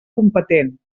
competent